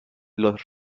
los